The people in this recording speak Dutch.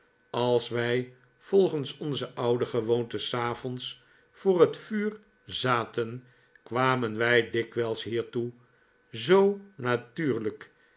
als wij volgens onze oude gewoonte s avonds voor het vuur zaten kwamen wij dikwijls hiertoe zoo natuurlijk